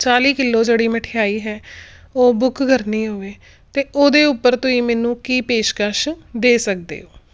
ਚਾਲੀ ਕਿਲੋ ਜਿਹੜੀ ਮਿਠਆਈ ਹੈ ਉਹ ਬੁੱਕ ਕਰਨੀ ਹੋਵੇ ਤਾਂ ਉਹਦੇ ਉੱਪਰ ਤੁਸੀਂ ਮੈਨੂੰ ਕੀ ਪੇਸ਼ਕਸ਼ ਦੇ ਸਕਦੇ ਹੋ